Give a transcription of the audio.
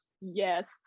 Yes